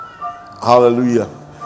Hallelujah